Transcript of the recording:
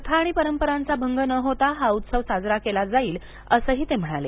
प्रथा आणि परंपरांचा भंग न होता हा उत्सव साजरा केला जाईल असंही ते म्हणाले